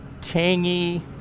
tangy